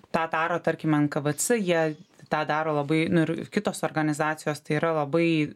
tą taro tarkim nkvc jie tą daro labai nu ir kitos organizacijos tai yra labai